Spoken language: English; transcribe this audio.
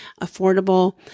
affordable